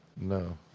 No